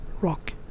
rock